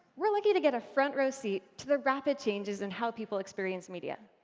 we're lucky to get a front-row seat to the rapid changes in how people experience media.